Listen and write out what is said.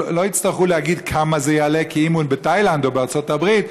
לא יצטרכו להגיד כמה זה יעלה כי אם הוא בתאילנד או בארצות הברית,